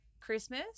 christmas